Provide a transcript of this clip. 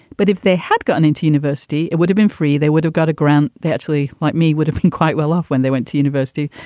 but if they had gotten into university, it would have been free. they would have got a grant. they actually like me, would have been quite well-off when they went to university.